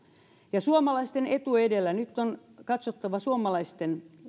ja suomalaisten etu edellä nyt on katsottava suomalaisten